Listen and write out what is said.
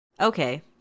okay